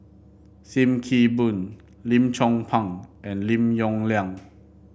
Sim Kee Boon Lim Chong Pang and Lim Yong Liang